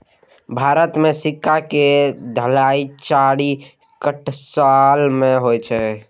भारत मे सिक्का के ढलाइ चारि टकसाल मे होइ छै